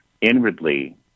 inwardly